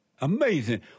Amazing